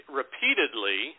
repeatedly